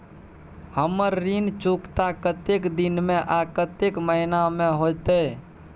हमर ऋण चुकता कतेक दिन में आ कतेक महीना में होतै?